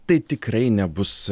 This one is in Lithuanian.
tai tikrai nebus